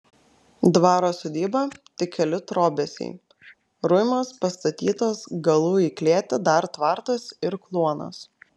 dvaro sodyba tik keli trobesiai ruimas pastatytas galu į klėtį dar tvartas ir kluonas